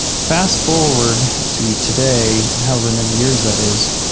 fast-forward to today, however many years that is,